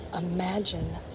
imagine